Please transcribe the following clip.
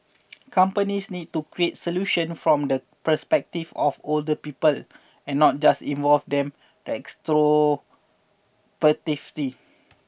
companies need to create solutions from the perspective of older people and not just involve them retrospectively